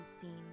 seen